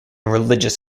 religious